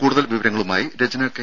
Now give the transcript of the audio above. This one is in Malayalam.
കൂടുതൽ വിവരങ്ങളുമായി രജ്ന കെ